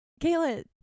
kayla